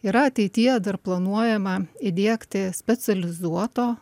yra ateityje dar planuojama įdiegti specializuoto